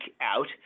out